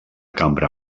cambra